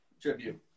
tribute